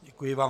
Děkuji vám.